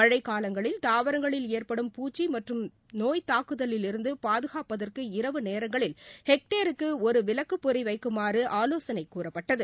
மழைக்காலங்களில் தாவரங்களில் ஏற்படும் பூச்சி மற்றும் நோய்த் தாக்குதிலிருந்து பாதுகாப்பதற்கு இரவு நேரங்களில் ஹெக்டேருக்கு ஒரு விளக்குப்பொறி வைக்குமாறு ஆலோசனை கூறப்பட்டது